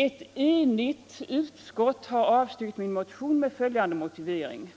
Ett enigt utskott avstyrker min motion med följande motivering: